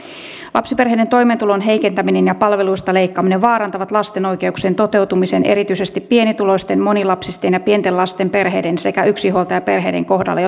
lapsiperheiden toimeentulon heikentäminen ja palveluista leikkaaminen vaarantavat lasten oikeuksien toteutumisen erityisesti pienituloisten monilapsisten ja pienten lasten perheiden sekä yksinhuoltajaperheiden kohdalla